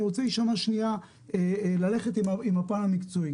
אני רוצה ללכת עם הפן המקצועי,